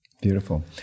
Beautiful